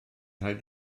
rhaid